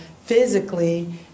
physically